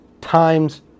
times